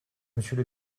monsieur